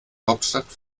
hauptstadt